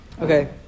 Okay